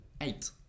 eight